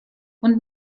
und